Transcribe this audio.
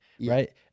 right